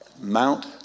Mount